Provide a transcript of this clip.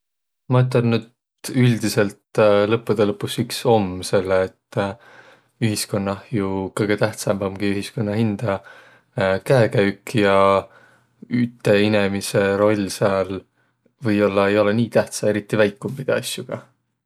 Ma ütelnüq, et üldiselt lõppudõ lõpus iks om, selle et ühiskonnah kõgõ tähtsämb omgi ühiskonna hindä käekäük ja üte inemise roll sääl või-ollaq ei olõq nii tähtsä, eriti väikumbidõ asjoga.